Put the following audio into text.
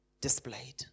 displayed